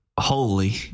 Holy